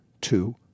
two